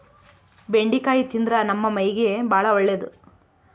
ಬೆಂಡಿಕಾಯಿ ತಿಂದ್ರ ನಮ್ಮ ಮೈಗೆ ಬಾಳ ಒಳ್ಳೆದು